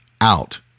out